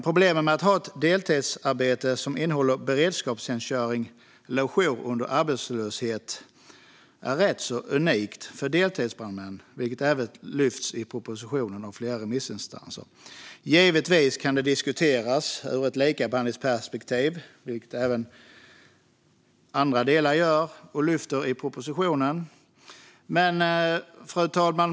Problemet med att ha ett deltidsarbete som innehåller beredskapstjänstgöring eller jour under arbetslöshet är rätt unikt för deltidsbrandmän, vilket även lyfts fram i propositionen och av flera remissinstanser. Givetvis kan det diskuteras ur ett likabehandlingsperspektiv, vilket även görs i propositionen. Fru talman!